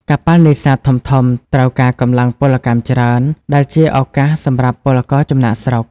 កប៉ាល់នេសាទធំៗត្រូវការកម្លាំងពលកម្មច្រើន ដែលជាឱកាសសម្រាប់ពលករចំណាកស្រុក។